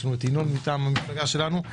ינון אזולאי מצביע מטעם המפלגה שלנו,